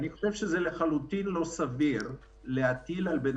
אני חושב שזה לחלוטין לא סביר להטיל על בן